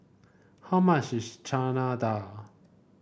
how much is Chana Dal